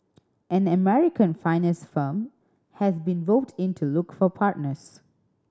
an American finance firm has been roped in to look for partners